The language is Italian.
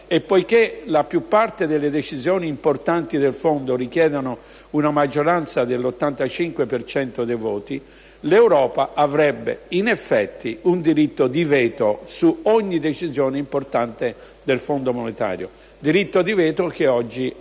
e, poiché la maggior parte delle decisioni importanti del Fondo richiedono una maggioranza dell'85 per cento dei voti, l'Europa avrebbe, in effetti, un diritto di veto su ogni decisione importante del Fondo monetario, diritto di veto che oggi appartiene